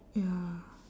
ya